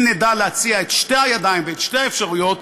אם נדע להציע את שתי הידיים ואת שתי האפשרויות,